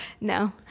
No